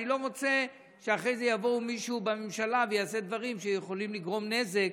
אני לא רוצה שאחר כך יבוא מישהו בממשלה ויעשה דברים שיכולים לגרום נזק.